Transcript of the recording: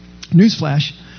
newsflash